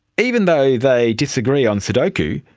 even though they disagree on sudoku,